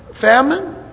Famine